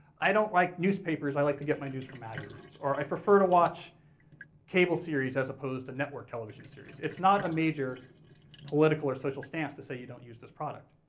i don't like newspapers, newspapers, i like to get my news from magazines, or i prefer to watch cable series, as opposed to network television series. it's not a major political or social stance to say you don't use this product.